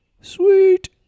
Sweet